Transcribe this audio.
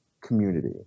community